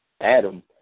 Adam